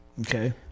Okay